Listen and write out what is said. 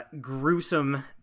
gruesome